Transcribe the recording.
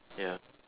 ya